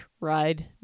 ride